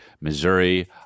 Missouri